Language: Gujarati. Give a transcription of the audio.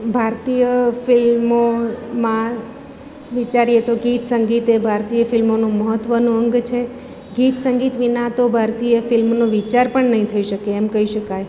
ભારતીય ફિલ્મોમાં સ વિચારીએ તો ગીતસંગીત એ ભારતીય ફિલ્મોનો મહત્ત્વનો અંગ છે ગીતસંગીત વિના તો ભારતીય ફિલ્મનો વિચાર પણ નહીં થઈ શકે એમ કહી શકાય